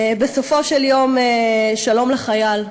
בסופו של יום שלום לחייל,